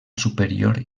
superior